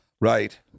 right